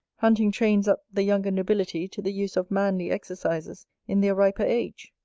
hunting trains up the younger nobility to the use of manly exercises in their riper age.